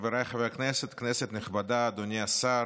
חבריי חברי הכנסת, כנסת נכבדה, אדוני השר,